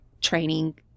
training